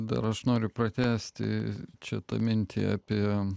dar aš noriu pratęsti šitą mintį apie